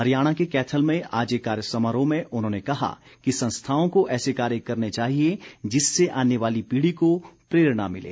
हरियाणा के कैथल में आज एक समारोह में उन्होंने कहा कि संस्थाओं को ऐसे कार्य करने चाहिए जिससे आने वाली पीढ़ी को प्रेरणा मिले